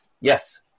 Yes